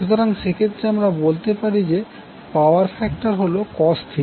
সুতরাং সেক্ষেত্রে আমরা বলতে পারি যে পাওয়ার ফ্যাক্টর হল cos